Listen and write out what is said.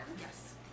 Yes